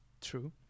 True